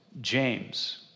James